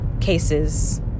cases